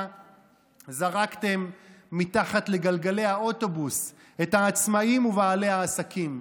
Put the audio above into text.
זרקתם מתחת לגלגלי האוטובוס את העצמאים ובעלי העסקים.